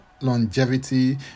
longevity